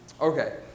Okay